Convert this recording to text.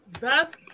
Best